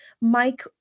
Mike